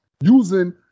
using